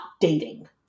dating